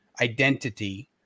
identity